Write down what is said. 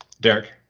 Derek